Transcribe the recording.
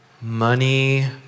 money